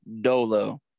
dolo